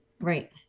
Right